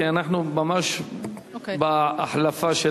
כי אנחנו ממש בהחלפה של